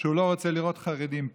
שהוא לא רוצה לראות חרדים פה,